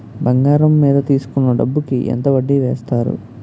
బంగారం మీద తీసుకున్న డబ్బు కి ఎంత వడ్డీ వేస్తారు?